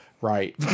Right